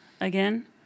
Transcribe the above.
again